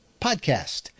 podcast